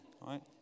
right